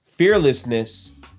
Fearlessness